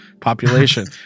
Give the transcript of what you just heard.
population